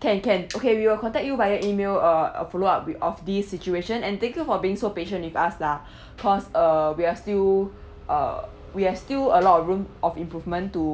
can can okay we will contact you via email err follow up of this situation and thank you for being so patient with us lah cause uh we are still uh we are still a lot of room of improvement to